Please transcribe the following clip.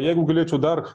jeigu galėčiau dar